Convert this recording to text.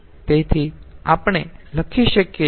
તેથી આપણે લખી શકીએ છીએ